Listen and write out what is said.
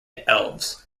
elves